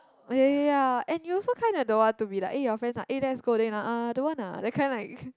oh ya ya ya ya and you also kinda don't want to be like eh your friends ah eh let's go uh don't want ah that kind like